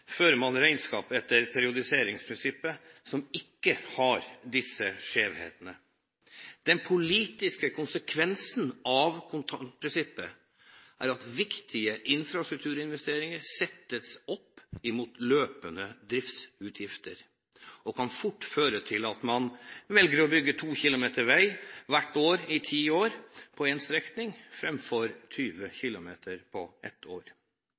fører man regnskap etter periodiseringsprinsippet, som ikke har disse skjevhetene. Den politiske konsekvensen av kontantprinsippet er at viktige infrastrukturinvesteringer settes opp mot løpende driftsutgifter, og kan fort føre til at man velger å bygge 2 km vei hvert år i ti år på en strekning framfor 20 km på ett år.